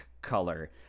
Color